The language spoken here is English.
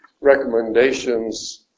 recommendations